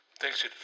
Thanks